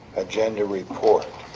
agenda report